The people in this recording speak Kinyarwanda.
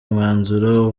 mwanzuro